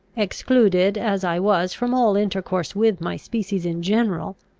excluded as i was from all intercourse with my species in general,